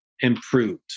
improved